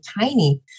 tiny